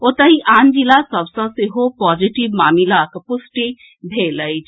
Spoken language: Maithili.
ओतहि आन जिला सभ सँ सेहो पॉजिटिव मामिलाक पुष्टि भेल अछि